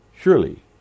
Surely